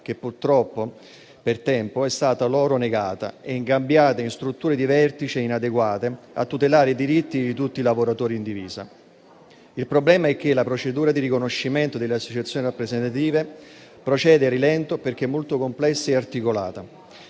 che, purtroppo, per tempo è stata loro negata e ingabbiata in strutture di vertice inadeguate a tutelare i diritti di tutti i lavoratori in divisa. Il problema è che la procedura di riconoscimento delle associazioni rappresentative procede a rilento, perché è molto complessa e articolata.